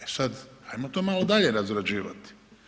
E sad, ajmo to malo dalje razrađivati.